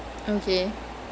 so that was a good thing lor